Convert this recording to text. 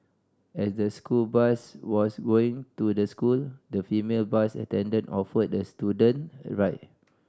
as the school bus was going to the school the female bus attendant offered the student a ride